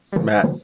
Matt